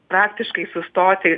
praktiškai sustoti